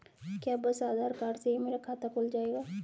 क्या बस आधार कार्ड से ही मेरा खाता खुल जाएगा?